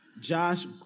Josh